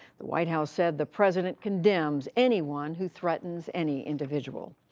the white house said the president condemns anyone who threatens any individual.